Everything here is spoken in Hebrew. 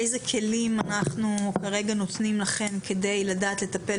איזה כלים אנחנו נותנים לכם כרגע כדי לדעת לטפל